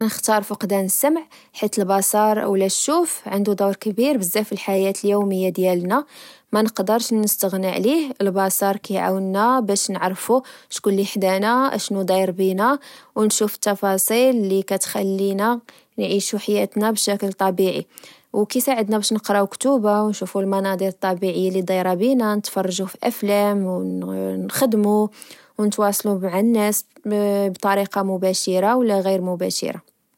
كنختار فقدان السمع، حيت البصر أو لا الشوف عندو دور كبير بزاف فالحياة اليومية ديالنا، ما نقدرش نستغنا عليه. البصر كيعاونا باش نعرفو شكون اللي حدانا، أشنو داير بينا، ونشوف التفاصيل اللي كتخلينا نعيشو حياتنا بشكل طبيعي. وكيساعدنا باش نقراو كتوبا، و نشوفو المناضر الطبيعية اللي دايرة بنا، نتفرجو فأفلام، و نخدمو، ونتواصل مع الناس بطريقة مباشرة ولا غير مباشرة